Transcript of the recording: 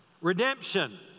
Redemption